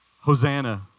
Hosanna